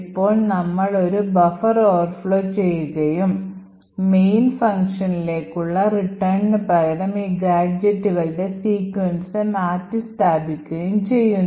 ഇപ്പോൾ നമ്മൾ ഒരു ബഫർ overflow ചെയ്യുകയും main functionലേക്ക് ഉള്ള returnന് പകരം ഈ ഗാഡ്ജെറ്റുകളുടെ sequence മാറ്റിസ്ഥാപിക്കുകയും ചെയ്യുന്നു